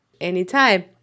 Anytime